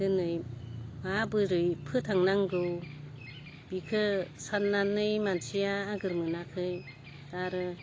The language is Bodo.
दिनै माबोरै फोथांनांगौ बेखौ साननानै मानसिया आगोर मोनाखै आरो